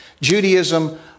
Judaism